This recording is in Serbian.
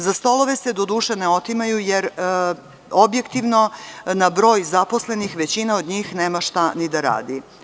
Za stolove se doduše ne otimaju jer objektivno na broj zaposlenih većina od njih nema šta ni da radi.